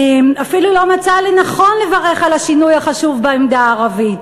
אפילו לא מצא לנכון לברך על השינוי החשוב בעמדה הערבית.